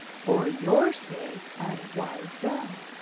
for your sake? and why so?